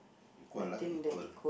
equal lah equal